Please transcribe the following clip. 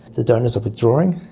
the donors are withdrawing,